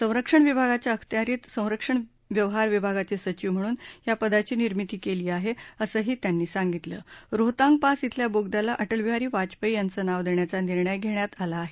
संरक्षण विभागाच्या अखत्यारित संरक्षण व्यवहार विभागाचे सचिव म्हणून या पदाची निर्मिती केली आहेए असंही त्यांनी सांगितलंण रोहतांग पास खेल्या बोगद्याला अधिक बिहारी वाजपेयी यांचं नाव देण्याचा निर्णय घेण्यात आला आहे